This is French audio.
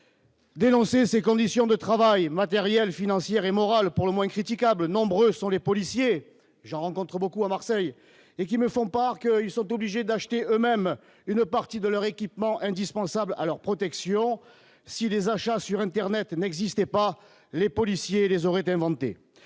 Dénoncer ses conditions de travail matérielle, financière et morale pour le moins critiquable, nombreux sont les policiers, j'en rencontre beaucoup à Marseille et qui me font part qu'ils sont obligés d'acheter eux-mêmes une partie de leur équipement indispensable à leur protection si les achats sur Internet n'existait pas, les policiers les auraient inventé